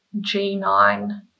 G9